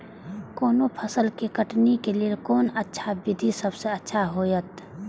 कोनो फसल के कटनी के लेल कोन अच्छा विधि सबसँ अच्छा होयत?